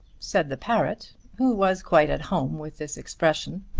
said the parrot, who was quite at home with this expression.